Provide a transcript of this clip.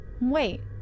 Wait